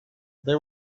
they